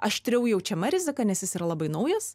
aštriau jaučiama rizika nes jis yra labai naujas